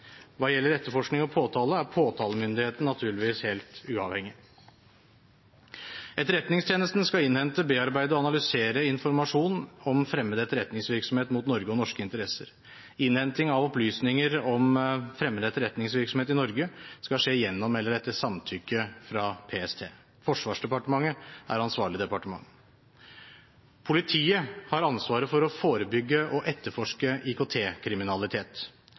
Hva gjelder etterforskning og påtale, er påtalemyndigheten naturligvis helt uavhengig. Etterretningstjenesten skal innhente, bearbeide og analysere informasjon om fremmed etterretningsvirksomhet mot Norge og norske interesser. Innhenting av opplysninger om fremmed etterretningsvirksomhet i Norge skal skje gjennom eller etter samtykke fra PST. Forsvarsdepartementet er ansvarlig departement. Politiet har ansvaret for å forebygge og etterforske